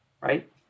right